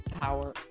power